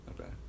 Okay